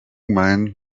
man